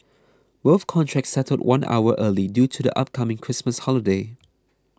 both contracts settled one hour early due to the upcoming Christmas holiday